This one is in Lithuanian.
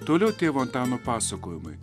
toliau tėvo antano pasakojimai